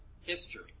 history